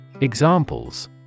Examples